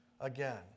again